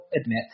admit